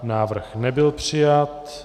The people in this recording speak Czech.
Návrh nebyl přijat.